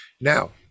Now